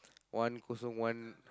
one kosong one